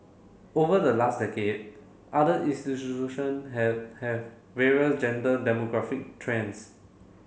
over the last decade other had have various gender demographic trends